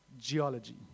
geology